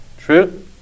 True